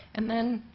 and then,